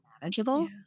manageable